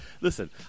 Listen